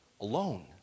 Alone